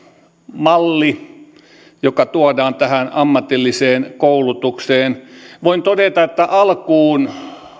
malli joka tuodaan tähän ammatilliseen koulutukseen voin todeta että alkuun